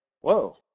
whoa